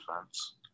defense